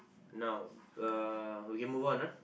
now uh okay move on ah